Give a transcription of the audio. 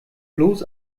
bloß